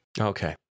Okay